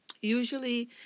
Usually